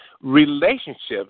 Relationships